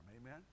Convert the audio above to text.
Amen